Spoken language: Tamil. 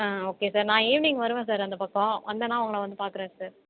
ஆ ஓகே சார் நான் ஈவ்னிங் வருவேன் சார் அந்த பக்கம் வந்தேன்னா உங்களை வந்து பார்க்குறேன் சார்